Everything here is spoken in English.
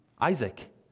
Isaac